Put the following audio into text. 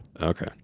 Okay